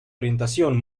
orientación